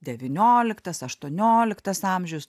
devynioliktas aštuonioliktas amžius